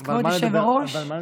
מה נדבר היום?